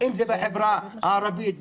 אם זה בחברה הערבית,